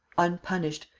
unpunished,